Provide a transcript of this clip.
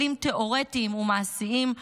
כלים תיאורטיים ומעשיים,